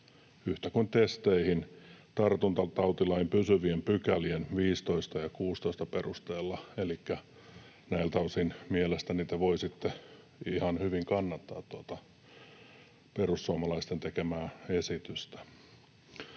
yhtä kuin testeihin, tartuntatautilain pysyvien pykälien 15 ja 16 perusteella. Elikkä näiltä osin te voisitte mielestäni ihan hyvin kannattaa tuota perussuomalaisten tekemää esitystä.